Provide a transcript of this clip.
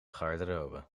garderobe